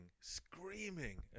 screaming